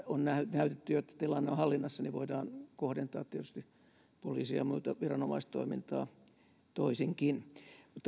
on näytetty jo että tilanne on hallinnassa voidaan kohdentaa poliisi ja muuta viranomaistoimintaa toisinkin